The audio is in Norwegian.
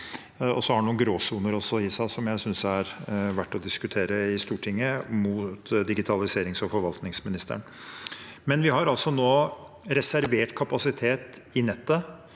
Den har også noen gråsoner i seg som jeg synes er verdt å diskutere i Stortinget, mot digitaliserings- og forvaltningsministeren. Vi har nå reservert kapasitet i nettet